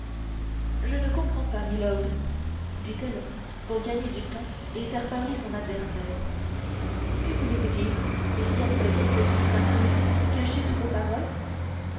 je ne comprends pas milord dit-elle pour gagner du temps et faire parler son adversaire que voulez-vous dire et y a-t-il quelque sens inconnu caché sous vos paroles